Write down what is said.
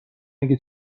اگه